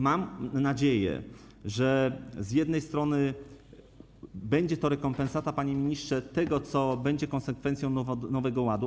Mam nadzieję, że z jednej strony będzie to rekompensata, panie ministrze, tego, co będzie konsekwencją Nowego Ładu.